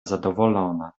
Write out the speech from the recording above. zadowolona